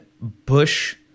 Bush